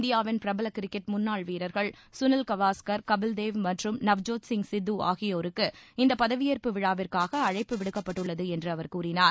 இந்தியாவின் பிரபல கிரிக்கெட் முன்னாள் வீரர்கள் கனில் கவாஸ்கர் கபில் தேவ் மற்றும் நவ்ஜோத்சிங் சித்து ஆகியோருக்கு இந்த பதவியேற்பு விழாவிற்காக அழழப்பு விடுக்கப்பட்டுள்ளது என்று அவர் கூறினார்